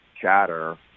chatter